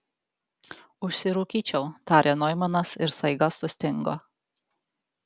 užsirūkyčiau tarė noimanas ir staiga sustingo